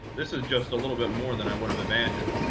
this is just a little bit more than i would have imagined.